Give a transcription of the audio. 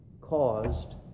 caused